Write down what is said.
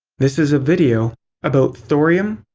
this is a video about thorium,